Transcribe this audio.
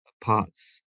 parts